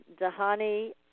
Dahani